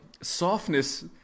softness